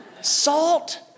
Salt